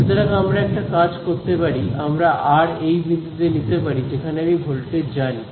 সুতরাং আমরা একটা কাজ করতে পারি আমরা আর এই বিন্দুতে নিতে পারি যেখানে আমি ভোল্টেজ জানি